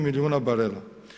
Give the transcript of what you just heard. milijuna barela.